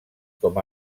com